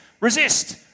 resist